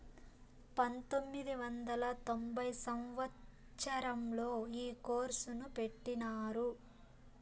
పంతొమ్మిది వందల తొంభై సంవచ్చరంలో ఈ కోర్సును పెట్టినారు